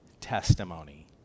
testimony